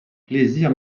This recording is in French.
plaisir